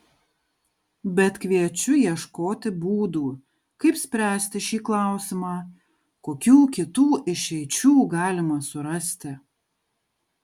bet kviečiu ieškoti būdų kaip spręsti šį klausimą kokių kitų išeičių galima surasti